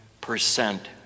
percent